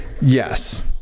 Yes